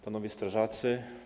Panowie Strażacy!